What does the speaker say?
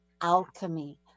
alchemy